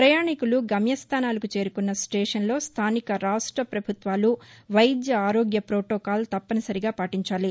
ప్రయాణికులు గమ్య స్థానాలకు చేరుకున్న స్లేషన్లో స్థానిక రాష్ట ప్రభుత్వాలు వైద్య ఆరోగ్య ప్రోటోకాల్ తప్పనిసరిగా పాటించాలి